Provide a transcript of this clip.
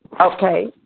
Okay